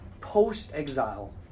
Post-exile